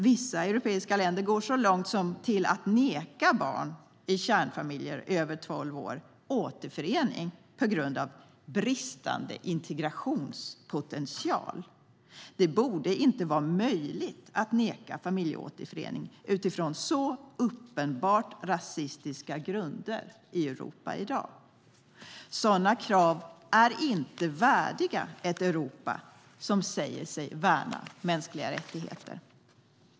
Vissa europeiska länder går så långt som till att neka barn över tolv år i kärnfamiljer återförening på grund av bristande integrationspotential. Det borde inte vara möjligt att neka familjeåterförening i Europa i dag utifrån så uppenbart rasistiska grunder. Sådana krav är inte värdiga ett Europa som säger sig värna mänskliga rättigheter.